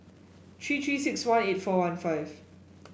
three Three six one eight four one five